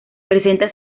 presenta